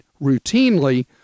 routinely